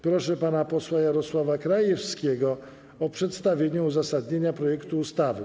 Proszę pana posła Jarosława Krajewskiego o przedstawienie uzasadnienia projektu ustawy.